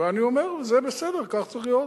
ואני אומר, זה בסדר, כך צריך להיות.